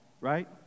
right